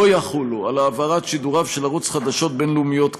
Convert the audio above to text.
לא יחולו על העברת שידוריו של ערוץ חדשות בין-לאומיות כאמור.